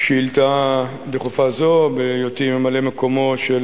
שאילתא דחופה זו בהיותי ממלא-מקומו של